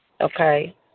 Okay